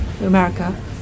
America